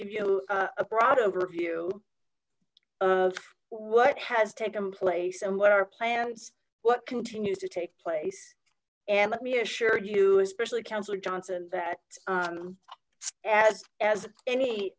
give you a broad overview of what has taken place and what our plans what continues to take place and let me assure you especially councillor johnson that as as any